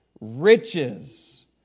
Riches